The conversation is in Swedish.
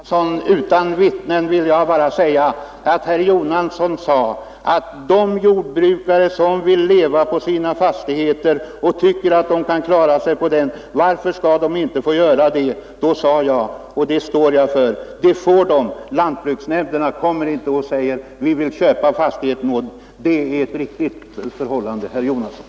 Herr talman! Utan att ta någon till vittne vill jag påminna om att herr Jonasson frågade: Om jordbrukarna vill leva på sina fastigheter och tycker att de kan klara sig på dem, varför skall de då inte få göra det? Då svarade jag, och det står jag för, att det får de göra. Lantbruksnämnderna säger inte då att de vill köpa fastigheterna. Detta är vad som sades, herr Jonasson.